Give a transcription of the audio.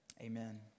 Amen